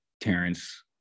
terrence